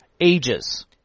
ages